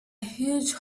huge